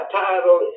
title